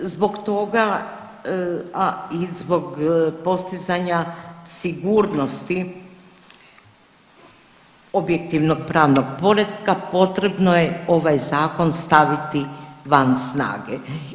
Zbog toga, a i zbog postizanja sigurnosti objektivnog pravnog poretka potrebno je ovaj zakon staviti van snage.